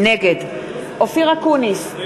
נגד אופיר אקוניס,